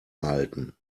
halten